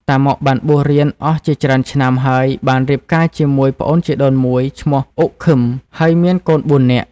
តាម៉ុក បានបួសរៀនអស់ជាច្រើនឆ្នាំ ហើយ បានរៀបការជាមួយប្អូនជីដូនមួយឈ្មោះ អ៊ុក ឃឹម ហើយមានកូនបួននាក់។